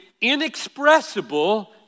inexpressible